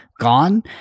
gone